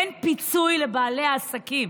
אין פיצויי לבעלי העסקים.